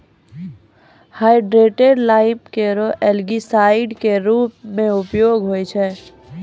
hydrated lime केरो algicide क रूप म उपयोग होय छै